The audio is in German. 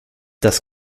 dass